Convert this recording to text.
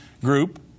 group